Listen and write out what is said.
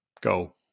go